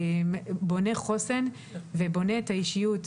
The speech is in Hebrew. בונה חוסן ובונה את האישיות.